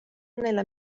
nella